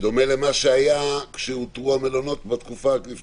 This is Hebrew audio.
זה דומה למה שהיה עת הותרו המלונות בתקופה שלפני הסגר האחרון.